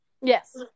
Yes